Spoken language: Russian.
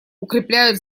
укрепляют